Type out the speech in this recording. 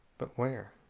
but where?